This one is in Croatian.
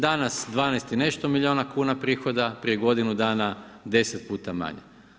Danas 12 i nešto miliona kuna prihoda, prije godinu dana 10 puta manje.